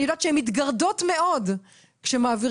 אני יודעת שהן מתגרדות מאוד כשמעבירים